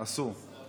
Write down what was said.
אסור.